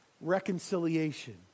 reconciliation